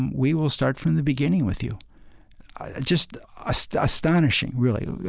we will start from the beginning with you just ah so astonishing, really,